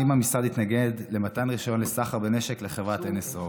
האם המשרד התנגד למתן רישיון לסחר בנשק לחברת NSO,